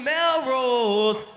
Melrose